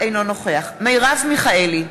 אינו נוכח מרב מיכאלי,